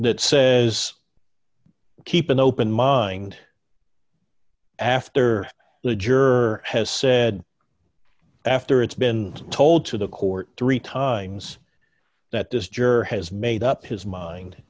that says keep an open mind after the juror has said after it's been told to the court three times that this juror has made up his mind